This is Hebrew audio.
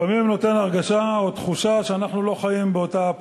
לפעמים זה נותן הרגשה או תחושה שאנחנו לא חיים באותה פלנטה.